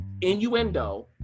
innuendo